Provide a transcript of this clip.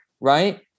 right